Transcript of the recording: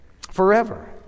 Forever